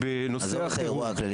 בנושא החירום -- עזוב את האירוע הכללי.